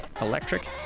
electric